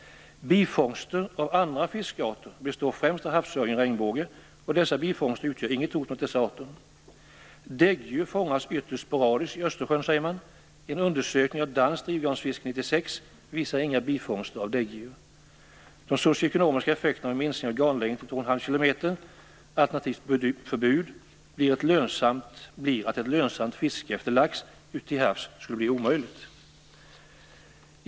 Bifångster av andra fiskarter består främst av havsöring och regnbåge, och dessa bifångster utgör inte något hot mot dessa arter. Däggdjur fångas ytterst sporadiskt i Östersjön, säger man. En undersökning av danskt drivgarnsfiske 1996 visar inga bifångster av däggdjur. De socioekonomiska effekterna av en minskning av garnlängden till 2,5 km, alternativt förbud, blir att ett lönsamt fiske efter lax ute till havs skulle bli omöjligt.